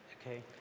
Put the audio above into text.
Okay